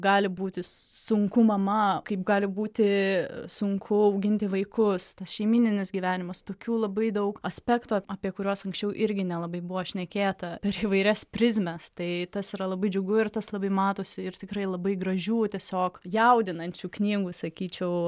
gali būti sunku mama kaip gali būti sunku auginti vaikus tas šeimyninis gyvenimas tokių labai daug aspektų apie kuriuos anksčiau irgi nelabai buvo šnekėta per įvairias prizmes tai tas yra labai džiugu ir tas labai matosi ir tikrai labai gražių tiesiog jaudinančių knygų sakyčiau